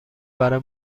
برای